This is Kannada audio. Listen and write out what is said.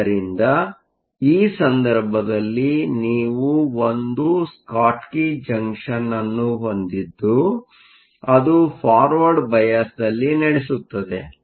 ಆದ್ದರಿಂದ ಈ ಸಂದರ್ಭದಲ್ಲಿ ನೀವು ಒಂದು ಸ್ಕಾಟ್ಕಿ ಜಂಕ್ಷನ್ ಅನ್ನು ಹೊಂದಿದ್ದು ಅದು ಪಾರ್ವರ್ಡ್ ಬಯಾಸ್Forward biasನಲ್ಲಿ ನಡೆಸುತ್ತದೆ